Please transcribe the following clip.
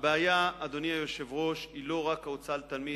אדוני היושב-ראש, היא לא רק ההוצאה לתלמיד.